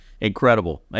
Incredible